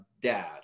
dad